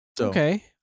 Okay